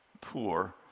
poor